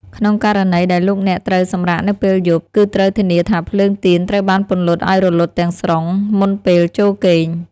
ក្នុងករណីដែលលោកអ្នកត្រូវសម្រាកនៅពេលយប់ គឺត្រូវធានាថាភ្លើងទៀនត្រូវបានពន្លត់ឱ្យរលត់ទាំងស្រុងមុនពេលចូលគេង។